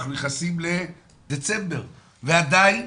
אנחנו נכנסים לדצמבר, ועדיין